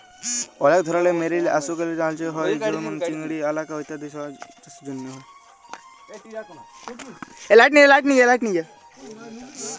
অলেক ধরলের marine aquaculture ক্যরা হ্যয়ে যেমল চিংড়ি, আলগা ইত্যাদি চাসের জন্হে